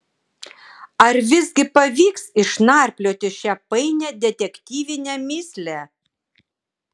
ar visgi pavyks išnarplioti šią painią detektyvinę mįslę